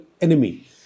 enemy